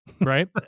right